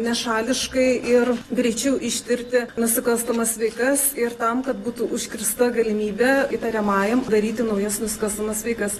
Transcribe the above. nešališkai ir greičiau ištirti nusikalstamas veikas ir tam kad būtų užkirsta galimybė įtariamajam daryti naujas nusikalstamas veikas